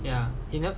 ya you know